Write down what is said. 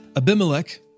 Abimelech